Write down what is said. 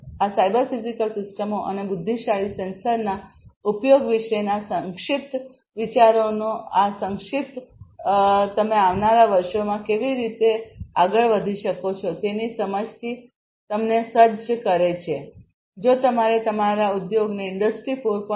તેથી cyber physical સિસ્ટમો અને બુદ્ધિશાળી સેન્સરના ઉપયોગ વિશેના સંક્ષિપ્ત વિચારનો આ સંક્ષિપ્તમાં તમે આવનારા વર્ષોમાં તમે કેવી રીતે આગળ વધી શકો છો તેની સમજથી તમને સજ્જ કરે છે જો તમારે તમારા ઉદ્યોગને ઇન્ડસ્ટ્રી 4